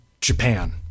Japan